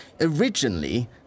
Originally